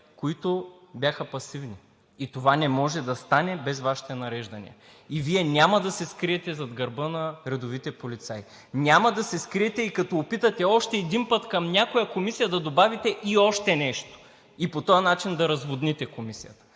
които бяха пасивни. Това не може да стане без Вашите нареждания и Вие няма да се скриете зад гърба на редовите полицаи. Няма да се скриете и като опитате още един път към някоя комисия да добавите още нещо и по този начин да разводните комисията.